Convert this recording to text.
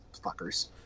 Fuckers